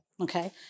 Okay